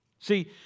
See